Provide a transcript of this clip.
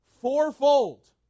fourfold